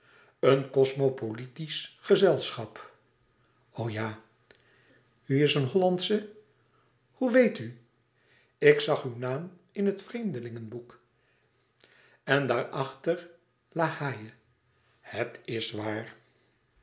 een cosmopolitisch gezelschap o ja u is een hollandsche hoe weet u ik zag uw naam in het vreemdelingenboek en daarachter la haye het is waar